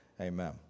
amen